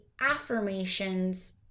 affirmations